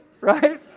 right